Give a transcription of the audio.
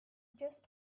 just